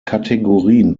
kategorien